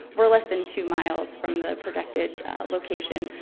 we're less than two miles from the projected location.